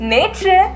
Nature